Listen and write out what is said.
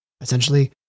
essentially